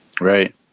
right